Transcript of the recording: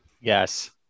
Yes